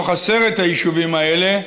מתוך עשרת היישובים האלה,